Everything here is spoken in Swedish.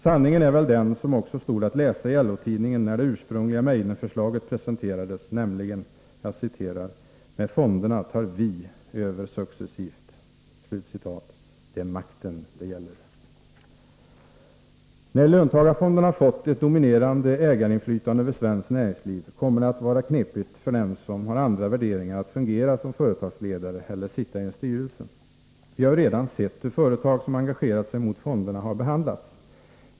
Sanningen är väl den — som också stod att läsa i LO-tidningen när det ursprungliga Meidner-förslaget presenterades — nämligen: ”Med fonderna tar vi över successivt.” Det är makten det gäller! När löntagarfonderna har fått ett dominerande ägarinflytande över svenskt näringsliv kommer det att vara knepigt för den som har andra värderingar att fungera som företagsledare eller styrelseledamot. Vi har ju redan sett hur företag som engagerat sig mot fonderna behandlats.